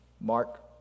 Mark